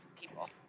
people